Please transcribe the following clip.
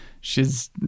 she's-